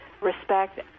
respect